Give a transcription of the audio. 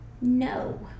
No